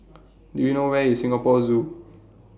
Do YOU know Where IS Singapore Zoo